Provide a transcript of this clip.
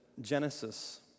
Genesis